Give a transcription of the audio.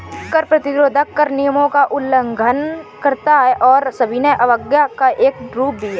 कर प्रतिरोध कर नियमों का उल्लंघन करता है और सविनय अवज्ञा का एक रूप भी है